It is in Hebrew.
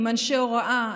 אנשי הוראה,